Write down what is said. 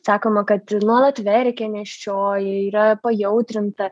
sakoma kad nuolat verkia nėščioji yra pajautrinta